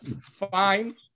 fine